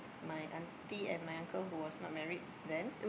my auntie and uncle who were not married then